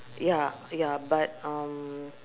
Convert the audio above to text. ya ya but um